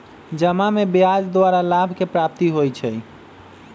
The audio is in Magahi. जमा में ब्याज द्वारा लाभ के प्राप्ति होइ छइ